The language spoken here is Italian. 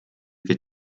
che